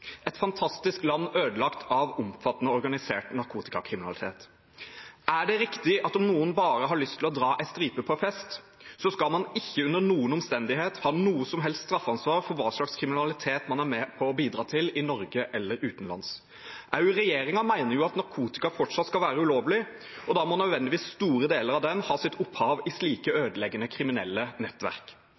Et fantastisk land er ødelagt av omfattende, organisert narkotikakriminalitet. Er det riktig at om noen bare har lyst til å dra en stripe på fest, så skal man ikke under noen omstendighet ha noe som helst straffansvar for hva slags kriminalitet man er med på å bidra til i Norge eller utenlands? Også regjeringen mener jo at narkotika fortsatt skal være ulovlig, og da må nødvendigvis store deler av den ha sitt opphav i slike ødeleggende kriminelle nettverk.